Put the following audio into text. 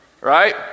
right